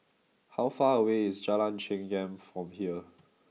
how far away is Jalan Chengam from here